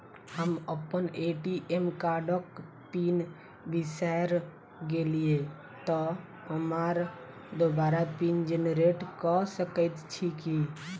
हम अप्पन ए.टी.एम कार्डक पिन बिसैर गेलियै तऽ हमरा दोबारा पिन जेनरेट कऽ सकैत छी की?